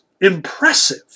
impressive